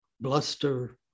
bluster